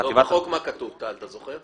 המשטרה נותנת